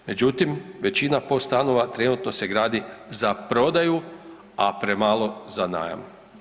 Međutim, većina POS stanova trenutno se gradi za prodaju, a premalo za najam.